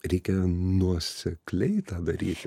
reikia nuosekliai tą daryti